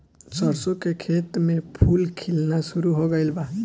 सरसों के खेत में फूल खिलना शुरू हो गइल बा